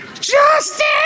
Justin